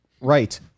right